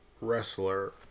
wrestler